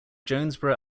jonesboro